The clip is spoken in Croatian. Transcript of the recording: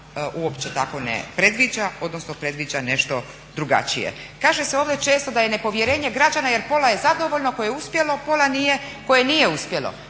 uopće tako ne predviđa, odnosno predviđa nešto drugačije. Kaže se ovdje često da je nepovjerenje građana jer pola je zadovoljno koje je uspjelo, a pola nije koje nije uspjelo.